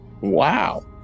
wow